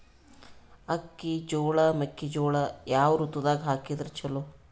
ಅಕ್ಕಿ, ಜೊಳ, ಮೆಕ್ಕಿಜೋಳ ಯಾವ ಋತುದಾಗ ಹಾಕಿದರ ಚಲೋ?